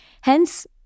Hence